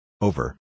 Over